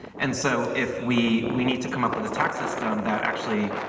and so if we we need to come up with a tax system that actually